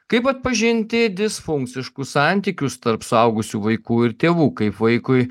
kaip atpažinti disfunkciškus santykius tarp suaugusių vaikų ir tėvų kaip vaikui